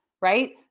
right